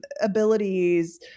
abilities